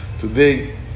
today